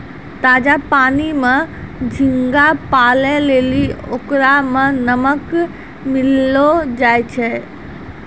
ताजा पानी में झींगा पालै लेली ओकरा में नमक मिलैलोॅ जाय छै